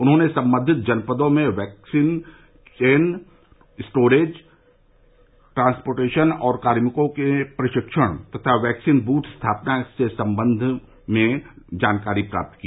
उन्होंने संबंधित जनपदों में vaccine cold chain storage transportation और कार्मिकों के प्रशिक्षण तथा वैक्सीन बूथ स्थापना से संबंधित कार्यो की जानकारी प्राप्त की